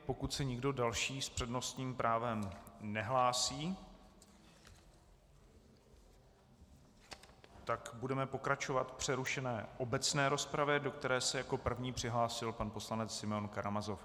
Pokud se někdo další s přednostním právem nehlásí, tak budeme pokračovat v přerušené obecné rozpravě, do které se jako první přihlásil pan poslanec Simeon Karamazov.